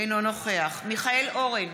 אינו נוכח מיכאל אורן,